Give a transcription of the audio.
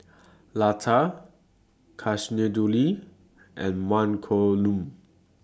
Lata Kasinadhuni and Mankombu